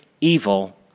evil